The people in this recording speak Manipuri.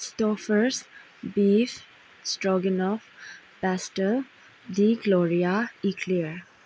ꯏꯁꯇꯣꯐꯔꯁ ꯕꯤꯐ ꯏꯁꯇ꯭ꯔꯣꯒꯦꯅꯣꯐ ꯄ꯭ꯂꯥꯁꯇꯔ ꯗꯤꯀ꯭ꯂꯣꯔꯤꯌꯥ ꯏꯀ꯭ꯂꯤꯌꯔ